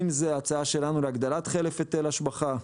אם זו הצעה שלנו להגדלת חלק היטל השבחה,